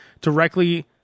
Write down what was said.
directly